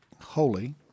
Holy